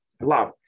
love